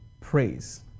praise